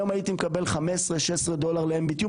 היום הייתי מקבל 16-15 דולר ל-MMBTU,